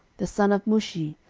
the son of mushi,